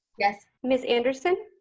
yes. miss anderson.